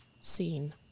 Scene